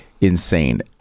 insane